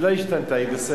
היא לא השתנתה, היא בסדר.